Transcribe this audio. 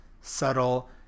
subtle